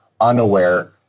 unaware